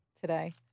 today